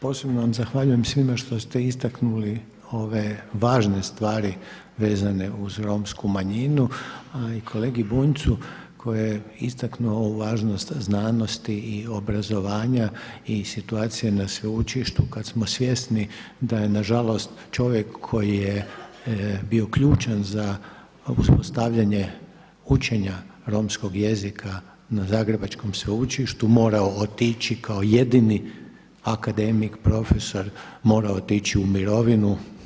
Posebno vam zahvaljujem svima što ste istaknuli ove važne stvari vezane uz romsku manjinu, a i kolegi Bunjcu koji je istaknuo ovu važnost znanosti i obrazovanja i situacije na sveučilištu kada smo svjesni da je nažalost čovjek koji je bio ključan za uspostavljanje učenja romskog jezika na Zagrebačkom sveučilištu morao otići kao jedini akademik, profesor morao otići u mirovinu.